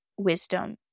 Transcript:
wisdom